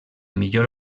millor